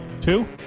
Two